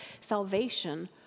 salvation